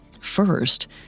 First